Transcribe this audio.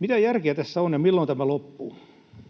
Mitä järkeä tässä on, ja milloin tämä loppuu?